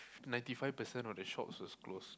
ninety five percent of the shops was closed